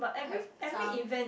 I have some